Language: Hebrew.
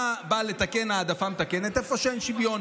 אתה בא לתקן העדפה מתקנת איפה שאין שוויון.